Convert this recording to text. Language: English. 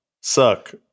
suck